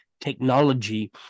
technology